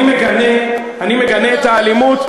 אני מגנה את האלימות,